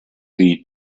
die